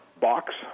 box